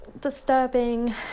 disturbing